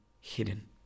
hidden